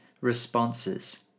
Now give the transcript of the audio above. responses